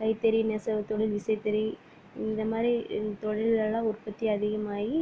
கைத்தறி நெசவு தொழில் விசைத்தறி இந்தமாதிரி இந்த தொழிலெல்லாம் உற்பத்தி அதிகமாகி